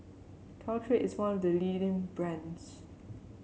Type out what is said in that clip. Caltrate is one of the leading brands